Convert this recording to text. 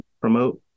promote